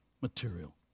material